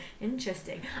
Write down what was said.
Interesting